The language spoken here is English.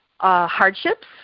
Hardships